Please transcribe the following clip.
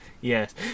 yes